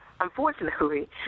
unfortunately